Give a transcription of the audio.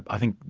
i think,